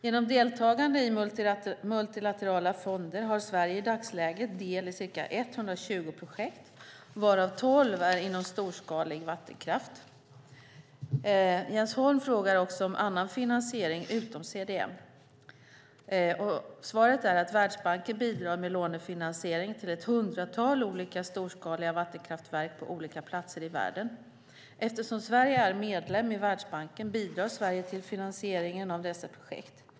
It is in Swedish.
Genom deltagande i multilaterala fonder har Sverige i dagsläget del i ca 120 projekt varav 12 är inom storskalig vattenkraft. Jens Holm frågar också om annan finansiering, utom CDM. Världsbanken bidrar med lånefinansiering till ett hundratal olika storskaliga vattenkraftverk på olika platser i världen. Eftersom Sverige är medlem i Världsbanken bidrar Sverige till finansieringen av dessa projekt.